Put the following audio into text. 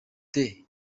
the